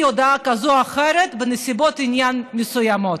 הודאה כזו או אחרת בנסיבות עניין מסוימות.